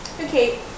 Okay